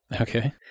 Okay